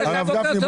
בבקשה.